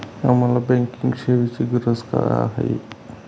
आम्हाला बँकिंग सेवेची गरज का आहे?